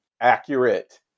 accurate